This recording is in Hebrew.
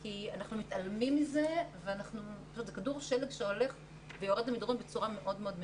כי אנחנו מתעלמים מזה וזה כדור שלג שיורד במדרון בצורה מאוד מאוד מהירה.